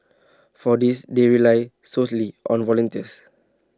for this they rely solely on volunteers